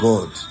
God